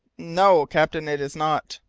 no, captain it is not.